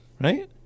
right